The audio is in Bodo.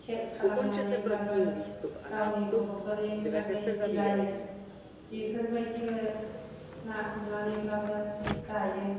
सेभ खालामनानैब्लाबो गावनि गथ'फोरनि थाखाय बिलायो बेफोर बायदिबो ना हमनानैब्लाबो जायो